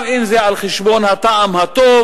גם אם זה על חשבון הטעם הטוב,